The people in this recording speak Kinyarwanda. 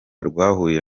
rwahuye